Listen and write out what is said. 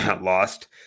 lost